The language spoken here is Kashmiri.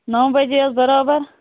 نَو بَجے حظ بَرابَر